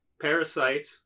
Parasite